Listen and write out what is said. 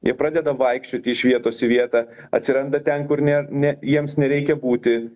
jie pradeda vaikščioti iš vietos į vietą atsiranda ten kur ne ne jiems nereikia būti